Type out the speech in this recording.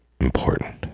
important